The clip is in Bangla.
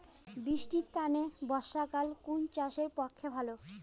বৃষ্টির তানে বর্ষাকাল কুন চাষের পক্ষে ভালো?